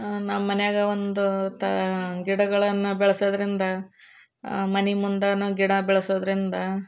ನಮ್ಮ ಮನಿಯಾಗೆ ಒಂದು ತಾ ಗಿಡಗಳನ್ನು ಬೆಳೆಸೋದರಿಂದ ಮನೆ ಮುಂದೆನು ಗಿಡ ಬೆಳೆಸೋದರಿಂದ